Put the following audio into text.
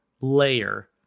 layer